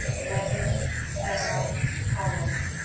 meghan sarah paulus